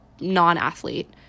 non-athlete